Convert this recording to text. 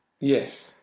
Yes